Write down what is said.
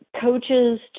coaches